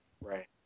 right